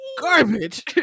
garbage